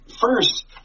first